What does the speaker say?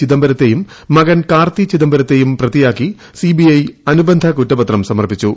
ചിദംബരത്തെയും കാർത്തി മകൻ ചിദംബരത്തെയും പ്രതിയാക്കി സിബിഐ അനുബന്ധ കുറ്റപത്രം സമർപ്പിച്ചു